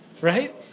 Right